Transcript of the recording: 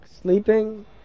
Sleeping